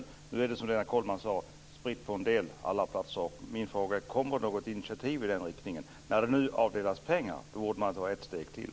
Nu är forskningen, som Lennart Kollmats sade, utspridd på olika platser. Min fråga blir då: Kommer det något initiativ i den riktningen? När det nu har anslagits pengar vore det bra att ta ett steg till.